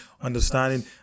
understanding